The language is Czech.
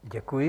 Děkuji.